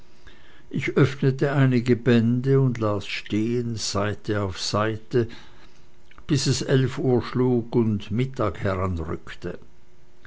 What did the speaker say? ich öffnete einige bände und las stehend seite auf seite bis es eilf uhr schlug und mittag heranrückte